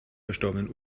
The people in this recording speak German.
verstorbenen